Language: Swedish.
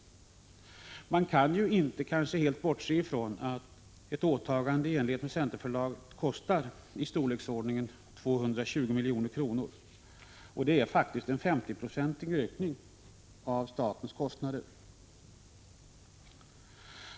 Man kan ju inte helt bortse ifrån att ett åtagande i enlighet med centerförslaget kostar i storleksordningen 220 milj.kr. Det innebär faktiskt en 50-procentig ökning av statens kostnader.